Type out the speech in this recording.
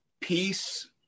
Peace